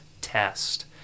test